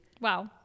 Wow